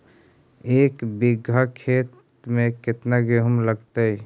एक बिघा खेत में केतना गेहूं लगतै?